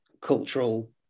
cultural